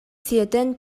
сиэтэн